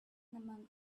among